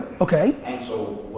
okay. and so